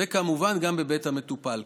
וכמובן גם בבית המטופל.